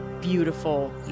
beautiful